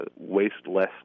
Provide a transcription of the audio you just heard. waste-less